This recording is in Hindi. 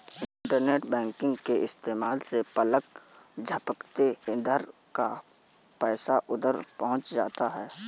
इन्टरनेट बैंकिंग के इस्तेमाल से पलक झपकते इधर का पैसा उधर पहुँच जाता है